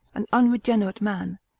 an unregenerate man,